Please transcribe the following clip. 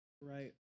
Right